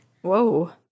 Whoa